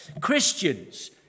Christians